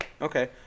Okay